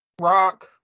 rock